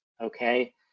Okay